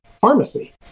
pharmacy